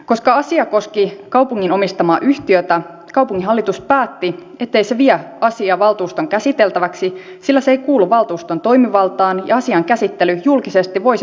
koska asia koski kaupungin omistamaa yhtiötä kaupunginhallitus päätti ettei se vie asiaa valtuuston käsiteltäväksi sillä se ei kuulu valtuuston toimivaltaan ja asian käsittely julkisesti voisi vahingoittaa yhtiötä